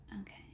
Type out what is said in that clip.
Okay